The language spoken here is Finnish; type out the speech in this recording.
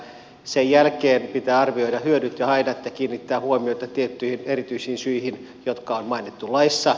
sen jälkeen pitää arvioida hyödyt ja haitat ja kiinnittää huomiota tiettyihin erityisiin syihin jotka on mainittu laissa